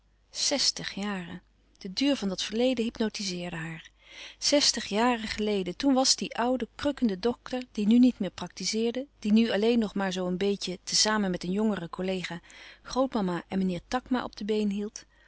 zèstig jaren de duur van dat verleden hypnotizeerde haar zestig jaren geleden toen was die oude krukkende dokter die nu niet meer praktizeerde die nu alleen nog maar zoo een beetje te samen met een jongeren collega grootmama en meneer takma op de been hield